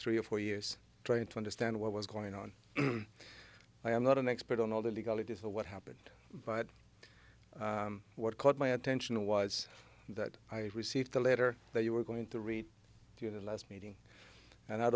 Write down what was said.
three or four years trying to understand what was going on i am not an expert on all the legalities of what happened but what caught my attention was that i received a letter that you were going to read through the last meeting and out